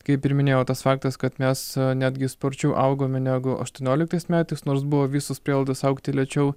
kaip ir minėjau tas faktas kad mes netgi sparčiau augome negu aštuonioliktais metais nors buvo visos prielaidos augti lėčiau